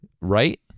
right